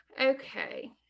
Okay